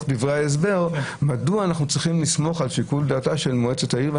דברי ההסבר מדוע אנחנו צריכים לסמוך על שיקול דעתה של מועצת העיר.